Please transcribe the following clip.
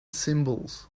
symbols